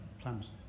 plans